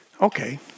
Okay